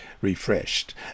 refreshed